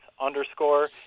underscore